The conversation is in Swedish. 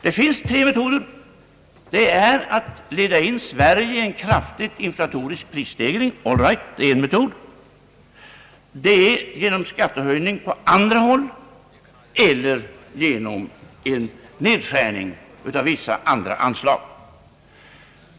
Det finns tre metoder. En är att leda in Sverige i en kraftig inflatorisk prisstegring. En annan metod är att företa skattehöjningar på andra håll. Den tredje metoden är nedskärning av vissa andra anslag.